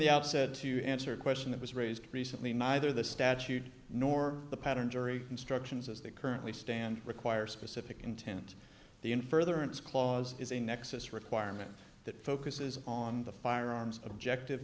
the outset to answer a question that was raised recently neither the statute nor the pattern jury instructions as they currently stand require specific intent the in furtherance clause is a nexus requirement that focuses on the firearms objective